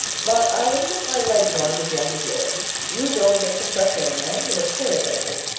but i'll admit my legs aren't as young as yours. you go and get some fresh air, anne. you look pale lately.